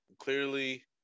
clearly